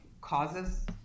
causes